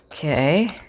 Okay